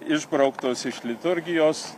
išbrauktos iš liturgijos